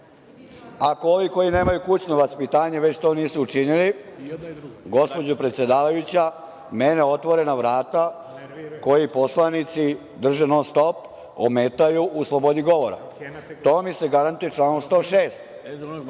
Ako ovi koji nemaju kućno vaspitanje već to nisu učinili, gospođa predsedavajuća, mene otvorena vrata, koja poslanici drže non stop, ometaju u slobodi govora. To mi se garantuje članom 106.